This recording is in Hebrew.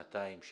שנתיים,